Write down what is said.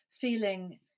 feeling